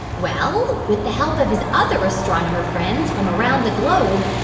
well, with the help of his other astronomer friends from around the globe,